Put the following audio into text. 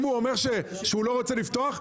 אם הוא אומר שהוא לא רוצה לפתוח,